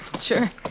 Sure